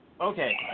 okay